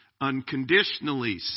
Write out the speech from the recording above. unconditionally